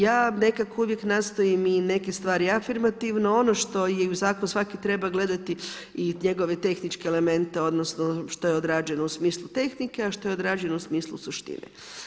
Ja nekako uvijek nastojim i neke stvari afirmativno, ono što i zakon svaki treba gledati i njegove tehničke elemente, odnosno, što je odrađeno u smislu tehnike, a što je odrađeno u smislu suštine.